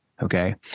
Okay